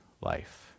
life